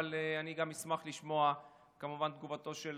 אבל אני גם אשמח לשמוע כמובן את תגובתו של